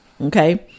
Okay